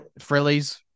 Frillies